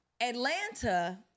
Atlanta